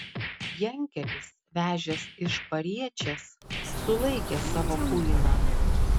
jankelis vežęs iš pariečės sulaikė savo kuiną